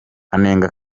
anenga